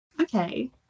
Okay